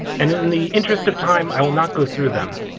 and in the interest of time i will not go through them.